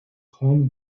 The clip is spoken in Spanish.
home